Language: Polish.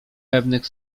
pewnych